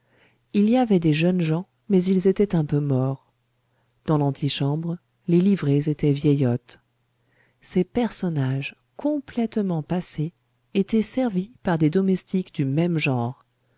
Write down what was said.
il y avait des jeunes gens mais ils étaient un peu morts dans l'antichambre les livrées étaient vieillottes ces personnages complètement passés étaient servis par des domestiques du même genre